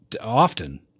often